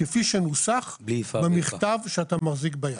כפי שנוסח במכתב שאתה מחזיק ביד.